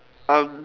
um